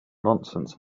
nonsense